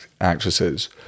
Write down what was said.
actresses